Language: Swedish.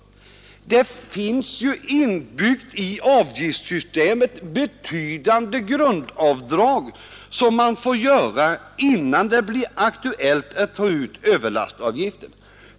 I avgiftssystemet finns ju inbyggt betydande grundavdrag som man får göra innan det blir aktuellt att ta ut överlastavgift.